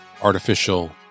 artificial